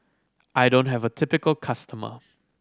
I don't have a typical customer